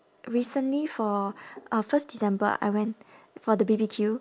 recently for uh first december I went for the B_B_Q